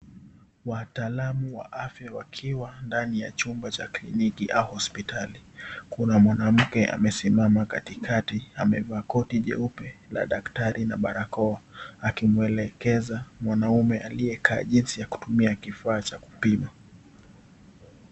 Wataalam wa afya wakiwa ndani ya chumba cha kliniki au hospitali. Kuna mwanamke amesimama katikati. Amevaa koti jeupe la daktari na barakoa. Akimwelekeza mwanaume aliyekaa, jinsi ya kutumia kifaa cha kupima.